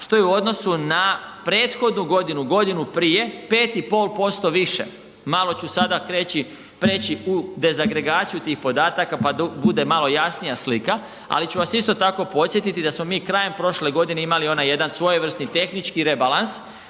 što je u odnosu na prethodnu godinu, godinu prije 5,5% više. Malo ću sada preći u dezagregaciju tih podataka, pa da bude malo jasnija slika, ali ću vas isto tako podsjetiti da smo mi krajem prošle godine imali onaj jedan svojevrsni tehnički rebalans